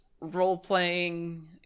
role-playing